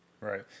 Right